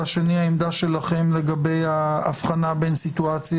השני - העמדה שלכם לגבי ההבחנה בין סיטואציה